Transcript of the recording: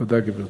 תודה, גברתי.